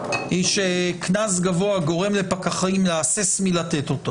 שקנס גבוה גורם לפקחים להסס מלתת אותו